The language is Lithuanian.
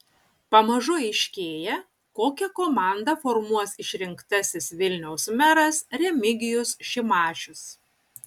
pamažu aiškėja kokią komandą formuos išrinktasis vilniaus meras remigijus šimašius